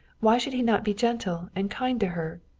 why should he not be gentle and kind to her?